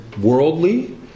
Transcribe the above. worldly